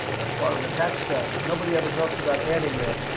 that's part of the tax cut. nobody ever talks about adding that.